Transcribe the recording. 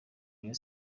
rayon